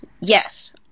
yes